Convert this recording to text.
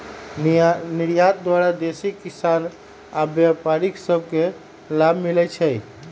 निर्यात द्वारा देसी किसान आऽ व्यापारि सभ के लाभ मिलइ छै